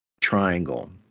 triangle